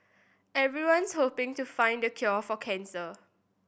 everyone's hoping to find the cure for cancer